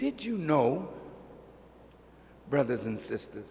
did you know brothers and sisters